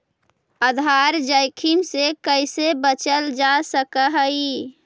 आधार जोखिम से कइसे बचल जा सकऽ हइ?